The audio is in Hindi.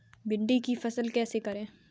भिंडी की फसल कैसे करें?